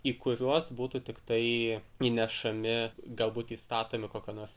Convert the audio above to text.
į kuriuos būtų tiktai įnešami galbūt įstatomi kokie nors